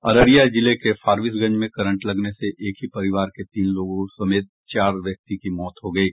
अररिया जिले के फारबिसगंज में करंट लगाने से एक ही परिवार के तीन लोगों समेत चार व्यक्ति की मौत हो गयी